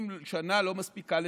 אם שנה לא מספיקה לתקן,